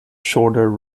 shorter